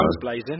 blazing